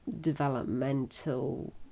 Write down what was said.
developmental